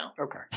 okay